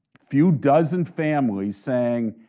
few dozen families saying,